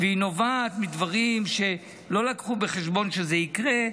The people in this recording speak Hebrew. והיא נובעת מדברים שלא לקחו בחשבון שיקרו.